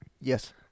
Yes